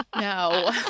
No